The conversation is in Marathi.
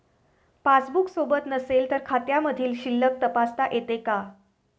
पासबूक सोबत नसेल तर खात्यामधील शिल्लक तपासता येते का?